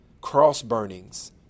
cross-burnings